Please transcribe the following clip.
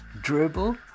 Dribble